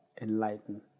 enlighten